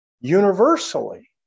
Universally